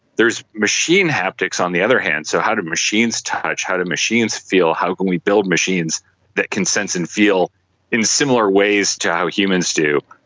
there's machine haptics on the other hand, so how do machines touch, how do machines feel, how can we build machines that can sense and feel in similar ways to how humans do,